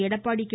Edappadi K